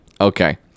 okay